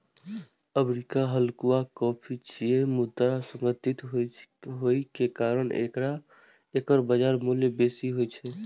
arabica हल्लुक coffee छियै, मुदा सुगंधित होइ के कारण एकर बाजार मूल्य बेसी होइ छै